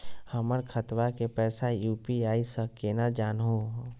हमर खतवा के पैसवा यू.पी.आई स केना जानहु हो?